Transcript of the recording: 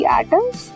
atoms